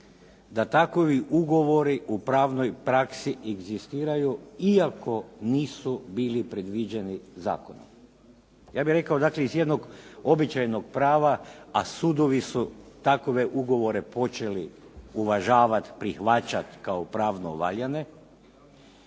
da takovi ugovori u pravnoj praksi egzistiraju iako nisu bili predviđeni zakonom. Ja bih rekao dakle iz jednog običajnog prava a sudovi su takove ugovore počeli uvažavati, prihvaćati kao pravno valjane.